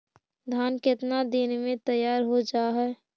धान केतना दिन में तैयार हो जाय है?